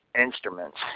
instruments